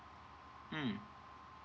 mm